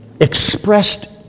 expressed